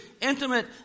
intimate